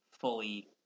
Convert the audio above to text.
fully